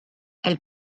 elle